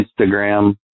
Instagram